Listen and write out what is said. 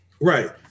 Right